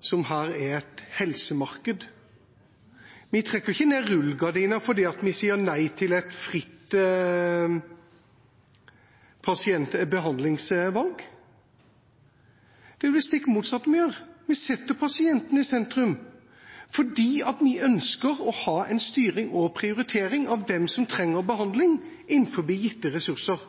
som her er et helsemarked. Vi trekker ikke ned rullegardinene fordi vi sier nei til et fritt behandlingsvalg for pasienter. Det er det stikk motsatte vi gjør. Vi setter pasienten i sentrum. Vi ønsker å ha styring over og prioritering av hvem som trenger behandling innenfor gitte ressurser.